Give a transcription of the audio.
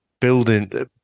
building